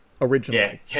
originally